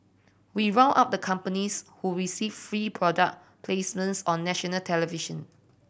we round up the companies who received free product placements on national television